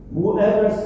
Whoever